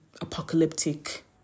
apocalyptic